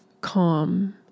calm